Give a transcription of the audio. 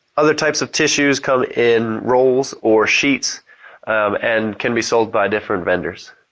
other types of tissues come in rolls or sheets and can be sold by different vendors.